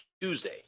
Tuesday